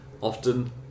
often